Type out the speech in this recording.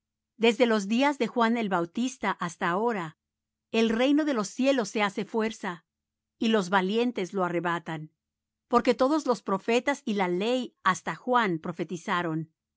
desde los días de juan el bautista hasta ahora al reino de los cielos se hace fuerza y los valientes lo arrebatan porque todos los profetas y la ley hasta juan profetizaron